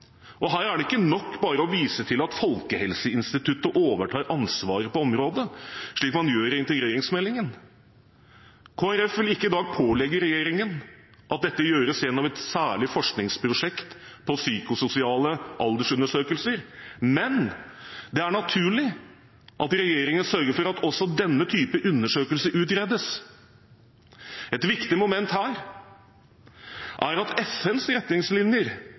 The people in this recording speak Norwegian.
og her er det ikke nok bare å vise til at Folkehelseinstituttet overtar ansvaret på området, slik man gjør i integreringsmeldingen. Kristelig Folkeparti vil ikke i dag pålegge regjeringen at dette gjøres gjennom et særlig forskningsprosjekt på psykososiale aldersundersøkelser, men det er naturlig at regjeringen sørger for at også denne type undersøkelser utredes. Et viktig moment her er at FNs retningslinjer